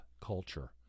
culture